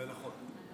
זה נכון.